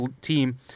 team